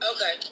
Okay